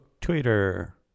Twitter